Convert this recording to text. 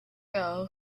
girl